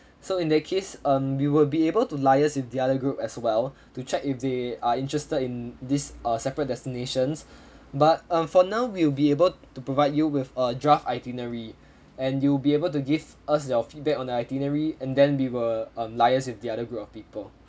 so in that case um we will be able to liase with the other group as well to check if they are interested in this uh separate destinations but um for now we'll be able to provide you with a draft itinerary and you'll be able to give us your feedback on the itinerary and then we will liase with the other group of people